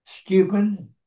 Stupid